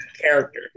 character